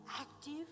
active